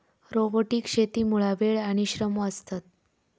robotic शेतीमुळा वेळ आणि श्रम वाचतत